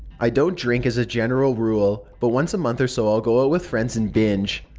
i don't drink as a general rule, but once a month or so i'll go out with friends and binge.